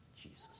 Jesus